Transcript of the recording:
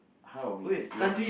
how